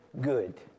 good